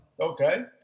Okay